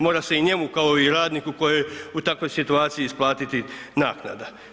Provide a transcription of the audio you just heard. Mora se i njemu kao i radniku koji je u takvoj situaciji isplatiti naknada.